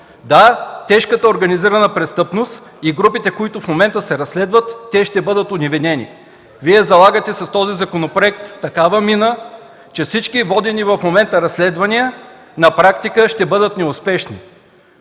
Да, тежката организирана престъпност и групите, които в момента се разследват, ще бъдат оневинени. Вие залагате с този законопроект такава мина, че всички водени в момента разследвания на практика ще бъдат неуспешни.